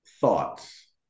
thoughts